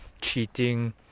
cheating